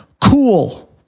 Cool